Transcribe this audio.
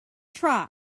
try